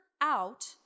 out